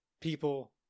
people